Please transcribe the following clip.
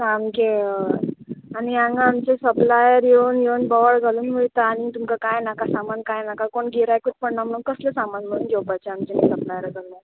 सामकें हय आनी हांगा आमचें सप्लायर येवन येवन बोवाळ घालून वयता आनी तुमकां कांय नाका सामान कांय नाका कोण गिरायकूत पडना म्हणून कसलें सामान व्हरून घेवपाचें आमचें सप्लायरा कडसून